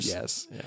Yes